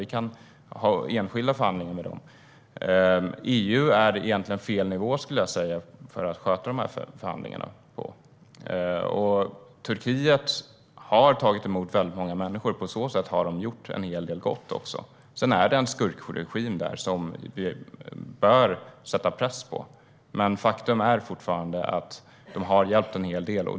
Vi kan ha enskilda förhandlingar med Turkiet. EU är egentligen fel nivå, skulle jag säga, att sköta de här förhandlingarna på. Turkiet har tagit emot väldigt många människor och har på så sätt gjort en hel del gott också. Sedan är det en skurkregim där som vi bör sätta press på. Men faktum är fortfarande att de har hjälpt en hel del.